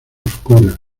oscuras